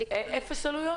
אפס עלויות?